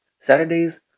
Saturdays